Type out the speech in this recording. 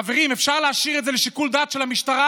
חברים, אפשר להשאיר את זה לשיקול דעת של המשטרה?